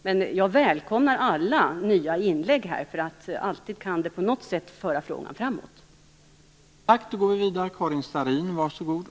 Men jag välkomnar alla nya inlägg - alltid kan det föra frågan framåt på något sätt.